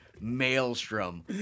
maelstrom